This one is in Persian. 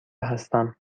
هستم